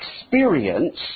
experience